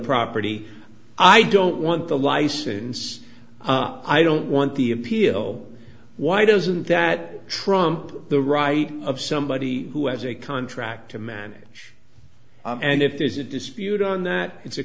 property i don't want the licenses i don't want the appeal why doesn't that trump the right of somebody who has a contract to manage and if there's a dispute on that it's a